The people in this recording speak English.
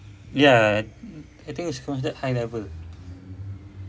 ya I think it's considered high level